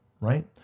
Right